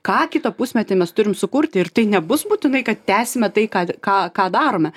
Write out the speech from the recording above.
ką kitą pusmetį mes turim sukurti ir tai nebus būtinai kad tęsime tai ką ką ką darome